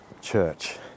church